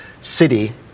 city